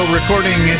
recording